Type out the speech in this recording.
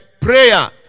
prayer